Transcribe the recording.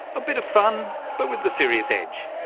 a bit of fun but with a serious edge.